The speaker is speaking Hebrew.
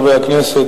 חברי הכנסת,